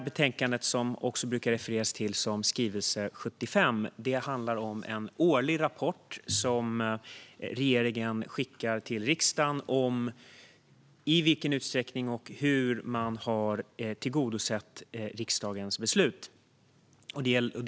Betänkandet, som man brukar referera till som skrivelse 75, handlar om en årlig rapport som regeringen skickar till riksdagen om i vilken utsträckning och hur riksdagens beslut har tillgodosetts.